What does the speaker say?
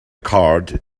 card